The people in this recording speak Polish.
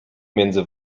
między